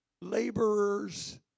laborers